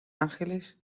ángeles